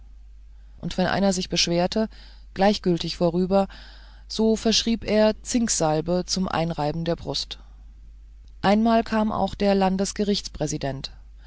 und wenn einer sich beschwerte gleichgültig worüber so verschrieb er zinksalbe zum einreiben der brust einmal kam auch der